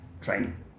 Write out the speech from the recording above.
training